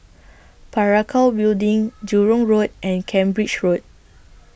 Parakou Building Jurong Road and Cambridge Road